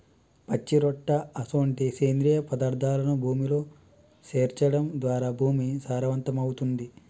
పచ్చిరొట్ట అసొంటి సేంద్రియ పదార్థాలను భూమిలో సేర్చడం ద్వారా భూమి సారవంతమవుతుంది